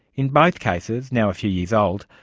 in both cases, now a few years old,